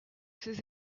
ses